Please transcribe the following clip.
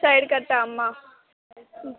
side కట్టా అమ్మ